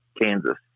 Kansas